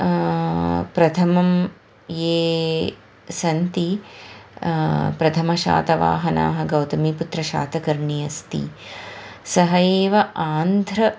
प्रथमं ये सन्ति प्रथमशातवाहनाः गौतमीपुत्रशातकर्णी अस्ति सः एव आन्ध्र